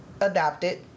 adopted